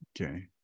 Okay